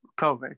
COVID